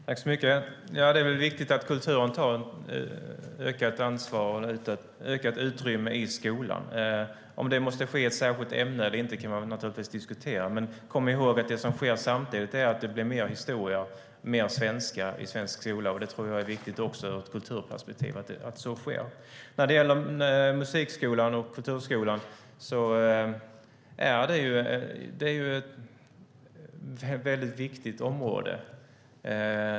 Herr talman! Det är väl viktigt att kulturen tar ett ökat ansvar och ett ökat utrymme i skolan. Om det måste ske i ett särskilt ämne eller inte kan man naturligtvis diskutera. Men kom ihåg att det som sker samtidigt är att det blir mer historia och mer svenska i svensk skola. Jag tror att det är viktigt också ur ett kulturperspektiv att så sker. När det gäller musikskolan och kulturskolan är det ett väldigt viktigt område.